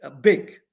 big